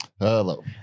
Hello